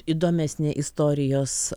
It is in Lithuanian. įdomesni istorijos